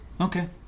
Okay